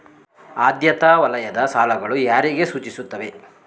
ಆದ್ಯತಾ ವಲಯದ ಸಾಲಗಳು ಯಾರಿಗೆ ಸೂಚಿಸುತ್ತವೆ?